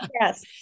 Yes